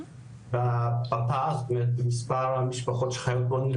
זאת אומרת מספר המשפחות שחיות בעוני,